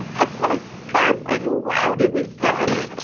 ah oh, my god. and wow, did we step in it